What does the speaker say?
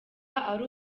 ari